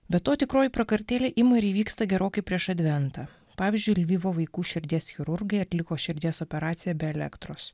be to tikroji prakartėlė ima ir įvyksta gerokai prieš adventą pavyzdžiui lvivo vaikų širdies chirurgai atliko širdies operaciją be elektros